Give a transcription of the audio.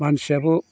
मानसियाबो